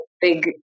big